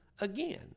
again